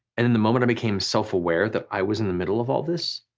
and in the moment i became self aware that i was in the middle of all this.